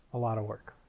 a lot of work.